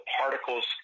particles